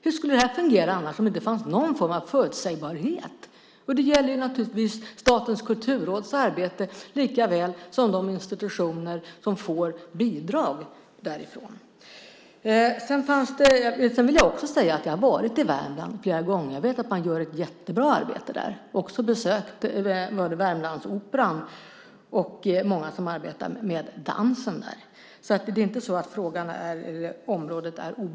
Hur skulle det här fungera om det inte fanns någon form av förutsägbarhet? Det gäller naturligtvis Statens kulturråds arbete likaväl som de institutioner som får bidrag därifrån. Jag har varit i Värmland flera gånger och vet att man gör ett jättebra arbete där. Jag har också besökt Värmlandsoperan och många som arbetar med dans där. Området är inte obekant för mig.